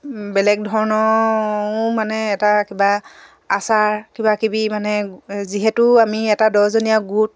বেলেগ ধৰণৰো মানে এটা কিবা আচাৰ কিবাকিবি মানে যিহেতু আমি এটা দহজনীয়া গোট